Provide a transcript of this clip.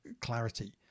clarity